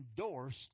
endorsed